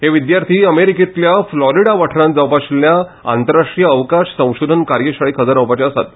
हे विद्यार्थी अमेरिकेंतल्या फ्लॉरीडा वाठारांत जावपा आशिल्ल्या आंतरराष्ट्रीय अवकाश संशोधन कार्यशाळेक हजर रावपाचे आसात